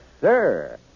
sir